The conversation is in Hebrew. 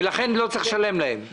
ולכן לא צריך לשלם להם?